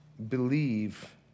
believe